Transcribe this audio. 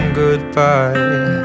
goodbye